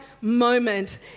moment